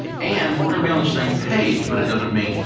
and we're gonna be on the same page, but it doesn't mean.